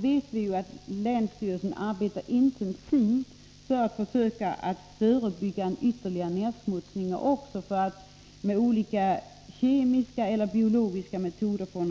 Vi vet att länsstyrelsen arbetar intensivt för att försöka förebygga ytterligare nedsmutsning av Ringsjön och för att med olika kemiska och biologiska metoder rena den.